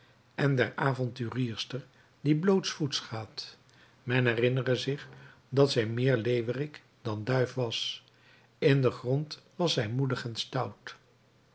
en der avonturierster die blootsvoets gaat men herinnere zich dat zij meer leeuwerik dan duif was in den grond was zij moedig en stout